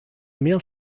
mehr